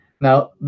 Now